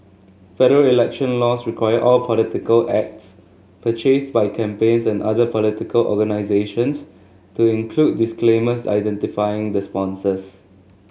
federal election laws require all political ads purchased by campaigns and other political organisations to include disclaimers identifying the sponsors